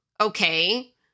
okay